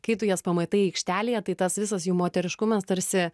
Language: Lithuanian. kai tu jas pamatai aikštelėje tai tas visas jų moteriškumas tarsi